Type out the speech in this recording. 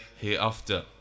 hereafter